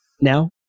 Now